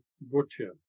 butcher